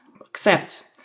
accept